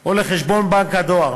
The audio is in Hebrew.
או לחשבון בנק הדואר.